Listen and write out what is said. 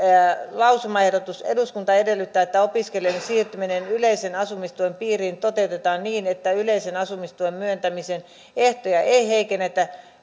lausumaehdotus eduskunta edellyttää että opiskelijoiden siirtyminen yleisen asumistuen piiriin toteutetaan niin että yleisen asumistuen myöntämisen ehtoja ei heikennetä